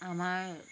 আমাৰ